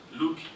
look